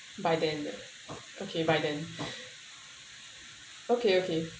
bye then uh okay bye then okay okay